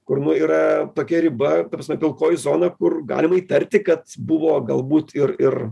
kur nu yra tokia riba pilkoji zona kur galima įtarti kad buvo galbūt ir ir